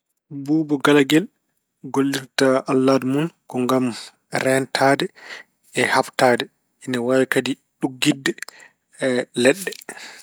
Buubu galagel gollirta allaadu mun ngam reentaade e haɓtaade. Ina waawi kadi ɗuggitde leɗɗe.